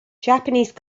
japanese